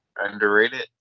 underrated